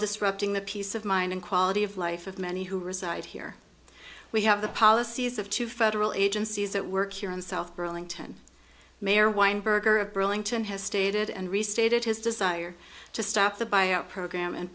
disrupting the peace of mind and quality of life of many who reside here we have the policies of two federal agencies that work here in south burlington mayor weinberger of burlington has stated and restated his desire to stop the buyout program and